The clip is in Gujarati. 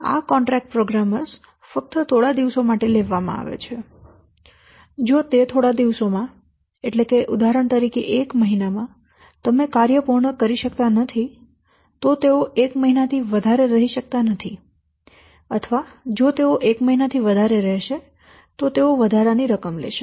આ કોન્ટ્રાકટ પ્રોગ્રામરો ફક્ત થોડા દિવસો માટે લેવામાં આવે છે જો તે થોડા દિવસોમાં એટલે કે ઉદાહરણ તરીકે 1 મહિના માં તમે કાર્ય પૂર્ણ કરી શકતા નથી તો તેઓ એક મહિનાથી વધારે રહી શકતા નથી અથવા જો તેઓ રહેશે તો ફરીથી તેઓ વધારાની રકમ લેશે